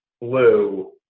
blue